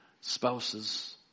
Spouses